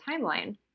timeline